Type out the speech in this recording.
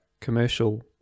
commercial